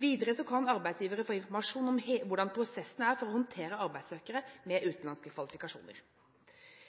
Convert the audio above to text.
Videre kan arbeidsgivere få informasjon om hvordan prosessen er for å håndtere arbeidssøkere med utenlandske kvalifikasjoner.